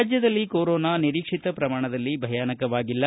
ರಾಜ್ವದಲ್ಲಿ ಕೊರೊನಾ ನಿರೀಕ್ಷಿತ ಪ್ರಮಾಣದಲ್ಲಿ ಭಯಾನಕವಾಗಿಲ್ಲ